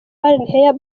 warren